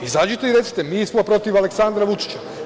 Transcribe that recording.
Izađite i recite – mi smo protiv Aleksandra Vučića.